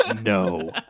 No